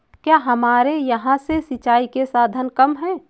क्या हमारे यहाँ से सिंचाई के साधन कम है?